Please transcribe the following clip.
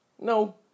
No